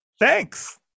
Thanks